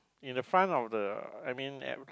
in the front of the I mean